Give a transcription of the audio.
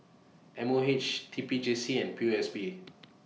M O H T P J C and P O S B